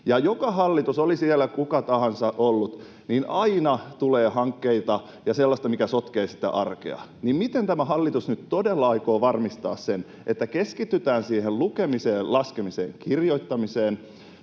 hallitukselle, on siellä kuka tahansa ollut, aina tulee hankkeita ja sellaista, mikä sotkee sitä arkea, niin miten tämä hallitus nyt todella aikoo varmistaa sen, että keskitytään siihen lukemiseen, laskemiseen ja kirjoittamiseen